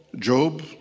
Job